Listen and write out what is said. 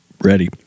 Ready